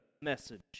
message